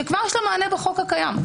שכבר יש לה מענה בחוק הקיים?